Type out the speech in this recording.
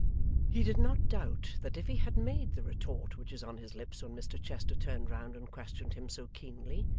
he did not doubt that if he had made the retort which was on his lips when mr chester turned round and questioned him so keenly,